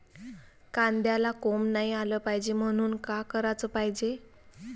कांद्याला कोंब नाई आलं पायजे म्हनून का कराच पायजे?